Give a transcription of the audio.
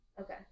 Okay